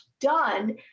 done